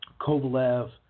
Kovalev